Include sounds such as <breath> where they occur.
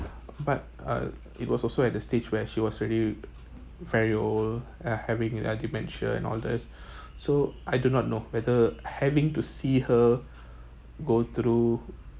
but uh it was also at the stage where she was really very old uh having uh dementia and all this <breath> so I do not know whether having to see her go through